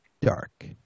Dark